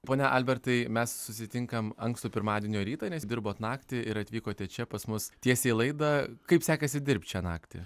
pone albertai mes susitinkam ankstų pirmadienio rytą nes dirbot naktį ir atvykote čia pas mus tiesiai į laidą kaip sekėsi dirbt šią naktį